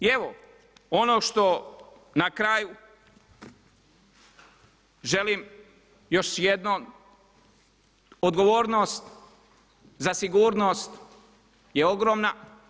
I evo, ono što na kraju želim još jednom odgovornost za sigurnost je ogromna.